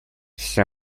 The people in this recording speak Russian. все